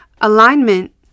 Alignment